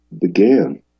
began